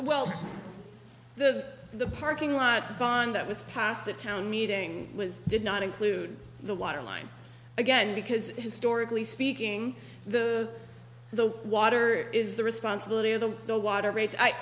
well the the parking lot bond that was passed the town meeting was did not include the water line again because historically speaking the the water is the responsibility of the the water rates i